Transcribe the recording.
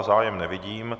Zájem nevidím.